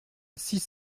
six